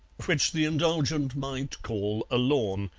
which the indulgent might call a lawn,